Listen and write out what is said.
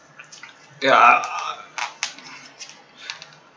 ya